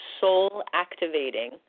soul-activating